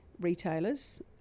retailers